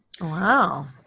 Wow